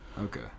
Okay